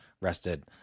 rested